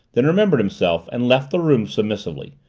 then remembered himself, and left the room submissively,